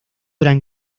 eran